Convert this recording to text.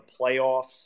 playoffs